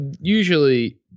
Usually